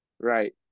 Right